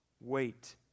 wait